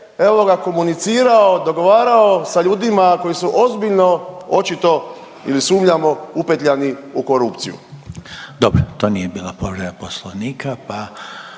evo ga komunicirao, dogovarao sa ljudima koji su ozbiljno očito ili sumnjamo, upetljani u korupciju. **Reiner, Željko (HDZ)** Dobro, to nije bila povreda Poslovnika pa